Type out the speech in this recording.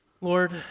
Lord